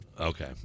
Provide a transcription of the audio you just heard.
Okay